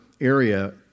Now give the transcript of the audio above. area